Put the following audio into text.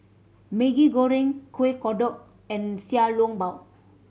Maggi Goreng Kuih Kodok and Xiao Long Bao